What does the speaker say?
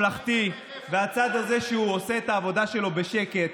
הצד הזה שהוא ממלכתי והצד הזה שהוא עושה את העבודה שלו בשקט.